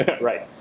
Right